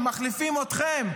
הם מחליפים אתכם.